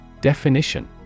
Definition